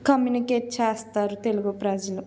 communicate చేస్తారు తెలుగు ప్రజలు